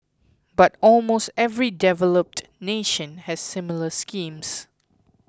but almost every developed nation has similar schemes